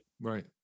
Right